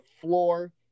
floor